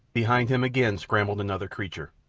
behind him again scrambled another creature,